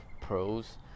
pros